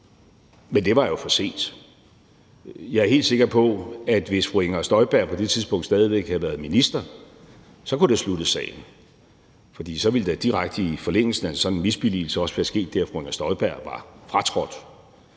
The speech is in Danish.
Men det var jo for sent. Jeg er helt sikker på, at hvis fru Inger Støjberg på det tidspunkt stadig væk havde været minister, så kunne det have sluttet sagen, for så ville der i direkte forlængelse af en sådan misbilligelse også være sket det, at fru Inger Støjberg var fratrådt.